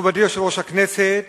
מכובדי יושב-ראש הכנסת,